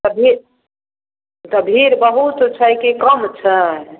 तऽ भी तऽ भीड़ बहुत छै कि कम छै